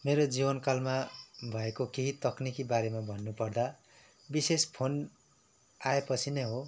मेरो जीवनकालमा भएको केही तकनिकीबारेमा भन्नुपर्दा विशेष फोन आएपछि नै हो